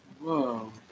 Whoa